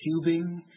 cubing